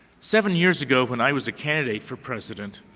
seven years ago, when i was a candidate for president,